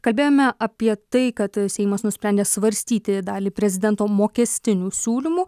kalbėjome apie tai kad seimas nusprendė svarstyti dalį prezidento mokestinių siūlymų